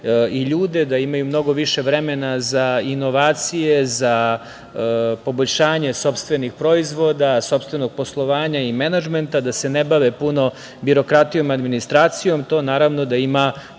i ljude, da imaju mnogo više vremena za inovacije, za poboljšanje sopstvenih proizvoda, sopstvenog poslovanja i menadžmenta, da se ne bave puno birokratijom, administracijom, to naravno da ima